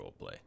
roleplay